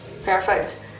perfect